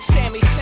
Sammy